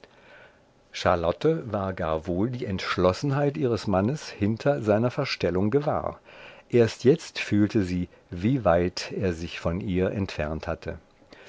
charlotte ward gar wohl die entschlossenheit ihres gemahls hinter seiner verstellung gewahr erst jetzt fühlte sie wie weit er sich von ihr entfernt hatte